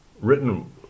written